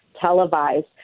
televised